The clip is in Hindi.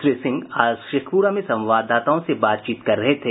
श्री सिंह आज शेखपुरा में संवाददाताओं से बातचीत कर रहे थे